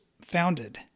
founded